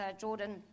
Jordan